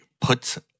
puts